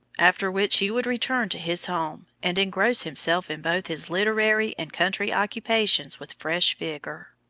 after which he would return to his home, and engross himself in both his literary and country occupations with fresh vigor.